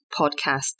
podcast